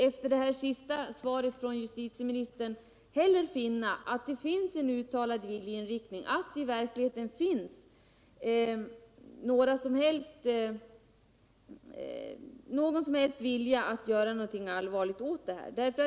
Efter det senaste svaret från justitieministern kan jag inte heller finna någon uttalad viljeinriktning, inte någon som helst vilja att göra någonting ordentligt åt problemet.